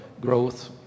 growth